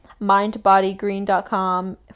mindbodygreen.com